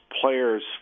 players